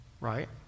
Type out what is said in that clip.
right